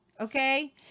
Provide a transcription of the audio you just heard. okay